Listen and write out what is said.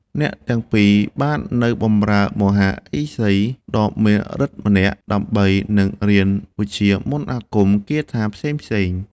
អ្នកទាំងពីរបាននៅ បម្រើមហាឫសីដ៏មានឫទ្ធិម្នាក់ ដើម្បីនឹងរៀនវិជ្ជាមន្តអាគមគាថាផ្សេងៗ។